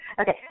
Okay